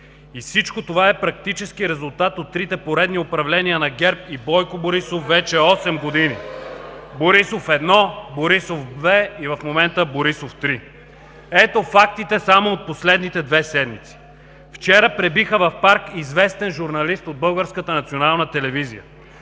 И всичко това е практически резултат от трите поредни управления на ГЕРБ и Бойко Борисов вече осем години (възгласи от ГЕРБ: „Ууу!“) – Борисов 1, Борисов 2 и в момента Борисов 3. Ето фактите само от последните две седмици. Вчера пребиха в парк известен журналист от